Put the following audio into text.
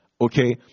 Okay